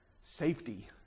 safety